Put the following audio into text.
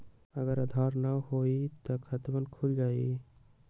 अगर आधार न होई त खातवन खुल जाई?